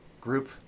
group